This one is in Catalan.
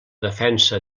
defensa